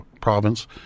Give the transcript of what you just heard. province